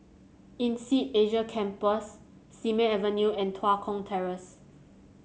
INSEAD Asia Campus Simei Avenue and Tua Kong Terrace